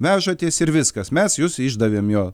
vežatės ir viskas mes jus išdavėm jo